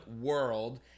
world